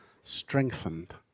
strengthened